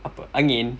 apa angin